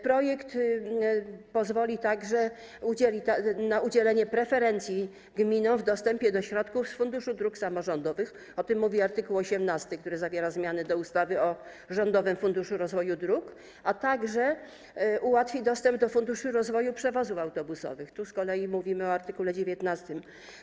Projekt pozwoli także na udzielenie preferencji gminom w dostępie do środków z Funduszu Dróg Samorządowych, o czym mówi art. 18, który zawiera zmiany do ustawy o Rządowym Funduszu Rozwoju Dróg, a także ułatwi dostęp do Funduszu Rozwoju Przewozów Autobusowych - mówimy o art. 19.